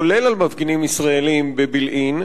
כולל מפגינים ישראלים בבילעין,